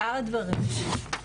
שאר הדברים,